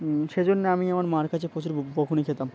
সেজন্যে আমি আমার মার কাছে প্রচুর বকুনি খেতাম